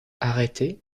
arrêté